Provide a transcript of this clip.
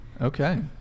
Okay